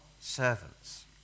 servants